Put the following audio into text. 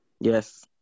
yes